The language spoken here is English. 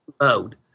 load